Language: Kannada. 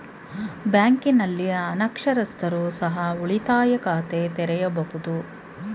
ಬ್ಯಾಂಕಿನಲ್ಲಿ ಅನಕ್ಷರಸ್ಥರು ಸಹ ಉಳಿತಾಯ ಖಾತೆ ತೆರೆಯಬಹುದು?